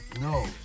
no